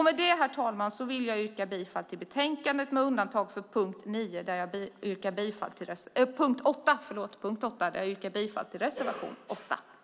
Med detta, herr talman, yrkar jag bifall till utskottets förslag i betänkandet med undantag av punkt 8 där jag yrkar bifall till reservation 8.